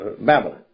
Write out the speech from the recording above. Babylon